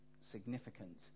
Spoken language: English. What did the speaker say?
significant